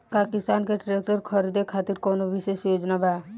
का किसान के ट्रैक्टर खरीदें खातिर कउनों विशेष योजना बा?